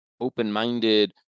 open-minded